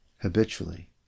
habitually